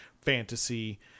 fantasy